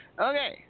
Okay